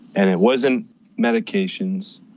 and it wasn't medications,